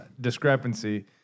discrepancy